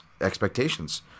expectations